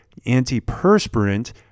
antiperspirant